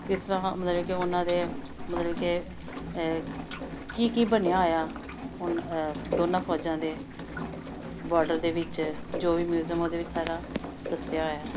ਕਿਸ ਤਰ੍ਹਾਂ ਮਤਲਬ ਕਿ ਉਹਨਾਂ ਦੇ ਮਤਲਬ ਕਿ ਕੀ ਕੀ ਬਣਿਆ ਹੋਇਆ ਉਹਨਾਂ ਦੋਨਾਂ ਫੌਜਾਂ ਦੇ ਬਾਰਡਰ ਦੇ ਵਿੱਚ ਜੋ ਵੀ ਮਿਊਜ਼ਅਮ ਉਹਦੇ ਵਿੱਚ ਸਾਰਾ ਦੱਸਿਆ ਹੋਇਆ